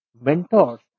mentors